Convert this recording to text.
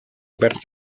obert